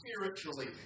spiritually